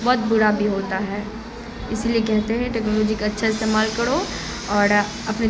بہت برا بھی ہوتا ہے اسی لیے کہتے ہیں ٹیکنالوجی کا اچھا استعمال کرو اور اپنے